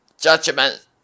judgment